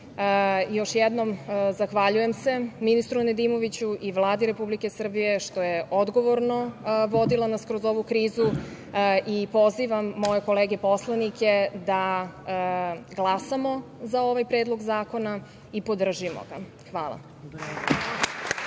jednom, zahvaljujem se ministru Nedimoviću i Vladi Republike Srbije što je odgovorno vodila nas kroz ovu krizu i pozivam moje kolege poslanike da glasamo za ovaj predlog zakona i podržimo ga. Hvala.